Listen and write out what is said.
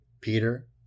Peter